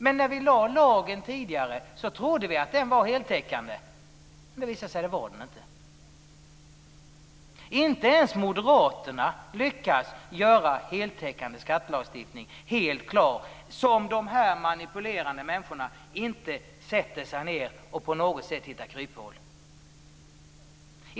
Men när vi införde lagen trodde vi att den var heltäckande, men det visade sig ju att den inte var det. Inte ens moderaterna lyckas införa en heltäckande lagstiftning som de manipulerande människorna inte kan hitta kryphål i.